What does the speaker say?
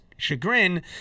chagrin